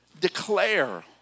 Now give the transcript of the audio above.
declare